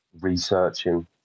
researching